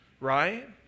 right